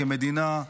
כמדינה,